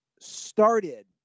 started